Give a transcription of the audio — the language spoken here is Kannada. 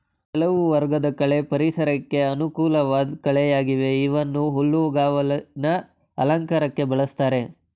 ಕೆಲವು ವರ್ಗದ ಕಳೆ ಪರಿಸರಕ್ಕೆ ಅನುಕೂಲ್ವಾಧ್ ಕಳೆಗಳಾಗಿವೆ ಇವನ್ನ ಹುಲ್ಲುಗಾವಲಿನ ಅಲಂಕಾರಕ್ಕೆ ಬಳುಸ್ತಾರೆ